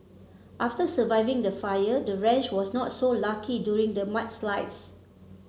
after surviving the fire the ranch was not so lucky during the mudslides